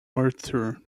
arthur